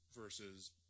versus